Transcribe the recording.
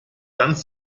ganz